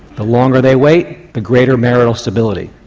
the longer they wait, the greater marital stability.